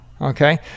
Okay